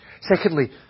Secondly